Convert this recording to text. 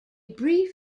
brief